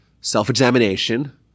self-examination